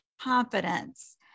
confidence